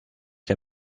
der